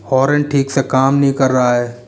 होरन ठीक से काम नहीं कर रहा है